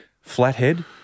Flathead